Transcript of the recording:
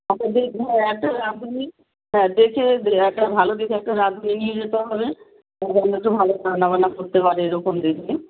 আচ্ছা দেখবো একটা রাঁধুনি হ্যাঁ দেখে একটা ভালো দেখে একটা রাঁধুনি নিয়ে যেতে হবে সে যেন একটু ভালো রান্নাবান্না করতে পারে এরকম দেখে